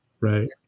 Right